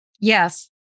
Yes